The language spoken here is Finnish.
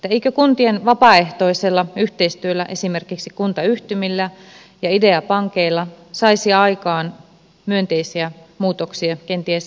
eikö kuntien vapaaehtoisella yhteistyöllä esimerkiksi kuntayhtymillä ja ideapankeilla saisi aikaan myönteisiä muutoksia kenties edullisemminkin